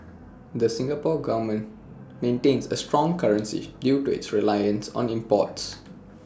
the Singapore Government maintains A strong currency due to its reliance on imports